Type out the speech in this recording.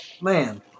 man